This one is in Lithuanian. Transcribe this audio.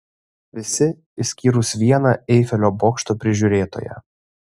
visi išskyrus vieną eifelio bokšto prižiūrėtoją